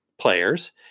players